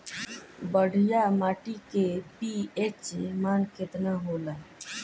बढ़िया माटी के पी.एच मान केतना होला?